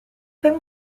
them